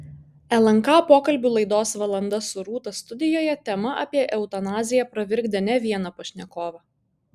lnk pokalbių laidos valanda su rūta studijoje tema apie eutanaziją pravirkdė ne vieną pašnekovą